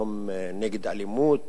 יום נגד אלימות,